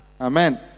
Amen